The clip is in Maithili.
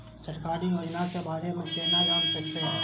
सरकारी योजना के बारे में केना जान से?